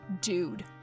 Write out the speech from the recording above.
Dude